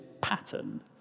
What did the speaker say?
pattern